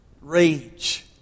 rage